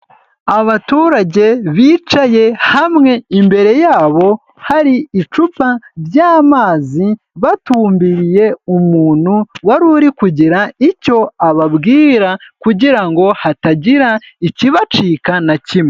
Abaturage bicaye hamwe imbere yabo hari icupa ry'amazi, batumbiriye umuntu wari uri kugira icyo ababwira kugira ngo hatagira ikibacika na kimwe.